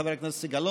חבר הכנסת סגלוביץ',